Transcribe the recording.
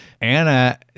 Anna